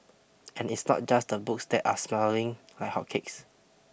and it's not just the books that are smelling like hotcakes